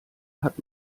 hat